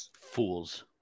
Fools